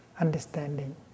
understanding